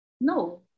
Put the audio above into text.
no